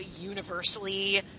universally